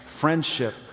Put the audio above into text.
friendship